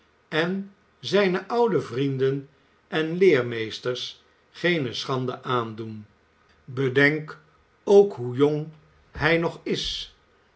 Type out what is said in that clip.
en zijne oude vrienden en leermeesters geene schande aandoen bedenk ook hoe jong hij nog is